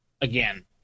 again